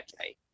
okay